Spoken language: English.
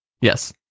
yes